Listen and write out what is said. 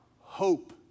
hope